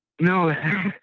No